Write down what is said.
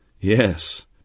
Yes